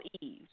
Eve